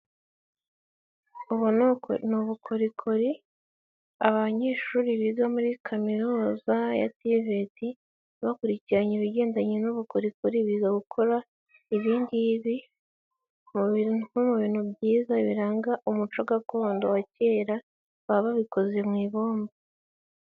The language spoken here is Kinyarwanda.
Ubu ni ubukorikori abanyeshuri biga muri kaminuza ya TVT bakurikiranye ibigendanye n'ubukorikori, biga gukora ibindigibi, ibi ni ibintu byiza biranga umuco gakondo wa kera, baba babikoze mu ibumba.